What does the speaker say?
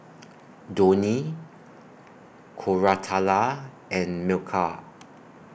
Dhoni Koratala and Milkha